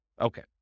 Okay